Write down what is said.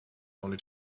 only